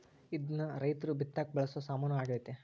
ಇದ್ನ ರೈರ್ತು ಬಿತ್ತಕ ಬಳಸೊ ಸಾಮಾನು ಆಗ್ಯತೆ